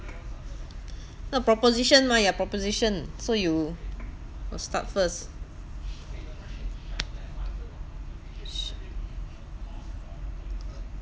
the proposition maya proposition so you will start first sh~